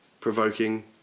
provoking